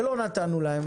ולא נתנו להם.